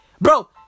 Bro